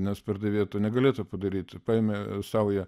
nes pardavėja to negalėtų padaryti paėmė saują